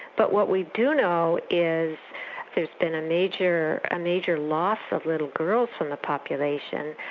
but what we do know is there's been a major ah major loss of little girls from the population.